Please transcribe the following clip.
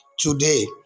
today